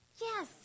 yes